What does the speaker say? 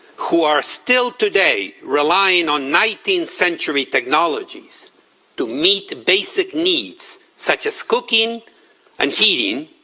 who are still today relying on nineteenth century technologies to meet basic needs, such as cooking and heating,